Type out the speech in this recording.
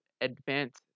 Advanced